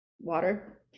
water